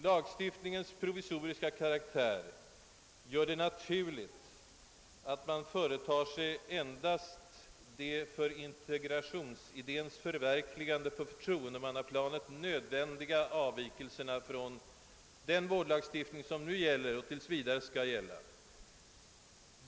Lagstiftningens provisoriska karaktär gör det naturligt att man företar sig endast de för integrationsidéns förverkligande på förtroendemannaplanet nödvändiga avvikelserna från den vårdlagstiftning, som nu gäller och tills vidare skall gälla.